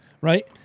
Right